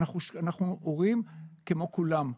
אנחנו הורים כמו כולם.